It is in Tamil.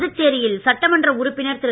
புதுச்சேரியில் சட்டமன்ற உறுப்பினர் திரு